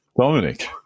Dominic